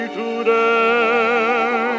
today